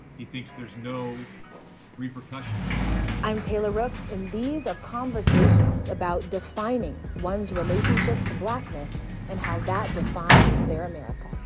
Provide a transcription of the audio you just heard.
he thinks there's no repercussions for this. i'm taylor rooks, and these are conversations about defining one's relationship to blackness and how that defines their america.